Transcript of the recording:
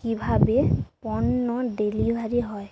কিভাবে পন্য ডেলিভারি হয়?